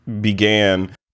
began